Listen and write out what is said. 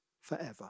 forever